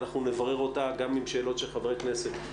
אנחנו נברר אותה גם עם שאלות של חברי כנסת,